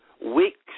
weeks